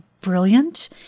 brilliant